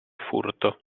furto